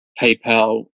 PayPal